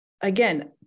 again